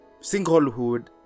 singlehood